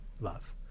love